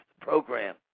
program